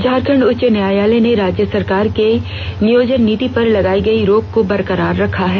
झारखंड उच्च न्यायालय ने राज्य सरकार की नियोजन नीति पर लगाई गई रोक को बरकरार रखा है